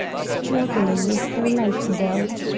struggling with her life-belt.